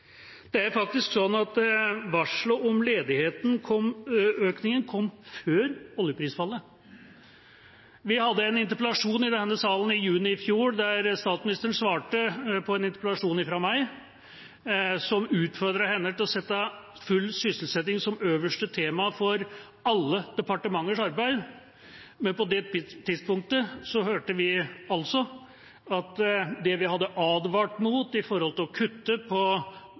Det er faktisk sånn at varslet om ledighetsøkningen kom før oljeprisfallet. Vi hadde en interpellasjon i denne salen i juni i fjor der statsministeren svarte på en interpellasjon fra meg som utfordret henne til å sette full sysselsetting som øverste tema for alle departementers arbeid. Men på det tidspunktet hørte vi at det vi hadde advart mot med hensyn til å kutte på